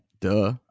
duh